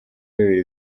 bibiri